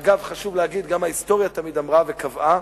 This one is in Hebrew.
אגב, חשוב להגיד, גם ההיסטוריה תמיד אמרה וקבעה,